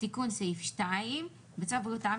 תיקון סעיף 2. בצו בריאות העם,